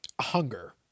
hunger